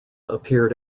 appeared